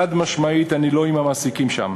חד-משמעית אני לא עם המעסיקים שם.